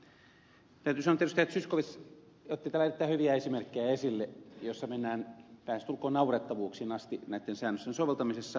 zyskowicz otti täällä erittäin hyviä esimerkkejä esille joissa mennään lähestulkoon naurettavuuksiin asti näitten säännösten soveltamisessa